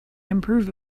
improve